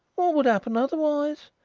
what would happen otherwise!